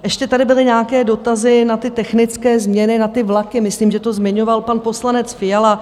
Ještě tady byly nějaké dotazy na technické změny, na ty vlaky, myslím, že to zmiňoval pan poslanec Fiala.